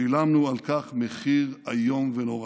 שילמנו על כך מחיר איום ונורא.